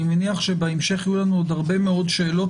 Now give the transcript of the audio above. אני מניח שבהמשך יהיו לנו הרבה מאוד שאלות